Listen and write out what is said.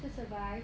to survive